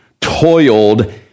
toiled